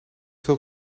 veel